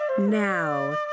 Now